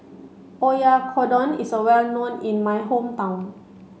Oyakodon is well known in my hometown